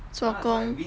做工